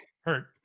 hurt